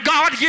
God